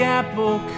apple